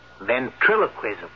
Ventriloquism